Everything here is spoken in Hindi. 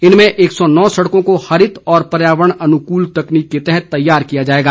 इनमें एक सौ नौ सड़कों को हरित और पर्यावरण अनुकूल तकनीक के तहत तैयार किया जाएगा